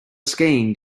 skiing